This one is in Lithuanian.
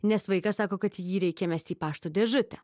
nes vaikas sako kad jį reikia mesti į pašto dėžutę